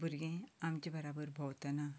भुरगें आमचे बराबर भोंवतना